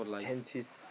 twenties